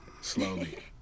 Slowly